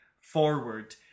forward